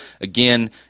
Again